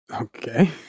Okay